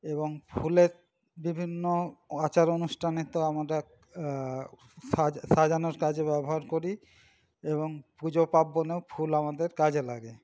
এবং ফুলের বিভিন্ন আচার অনুষ্ঠানে তো আমরা সাজ সাজানোর কাজে ব্যবহার করি এবং পুজো পার্বণেও ফুল আমাদের কাজে লাগে